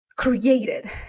Created